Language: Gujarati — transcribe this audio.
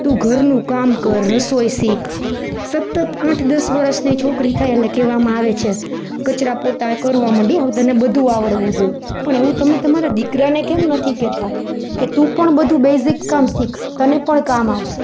તું ઘરનું કામ કર રસોઈ શીખ સતત આઠ દસ વર્ષની છોકરી થાય એટલે કહેવામાં આવે છે કચરા પોતા કરવા મંડ હો હવે તને બધું આવડવું જોઇ પણ એવું તમે તમારા દીકરાને કેમ નથી કહેતા કે તું પણ બધુ બેઝિક કામ શીખ તને પણ કામ આવશે